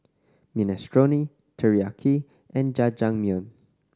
Minestrone Teriyaki and Jajangmyeon